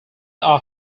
are